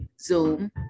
Zoom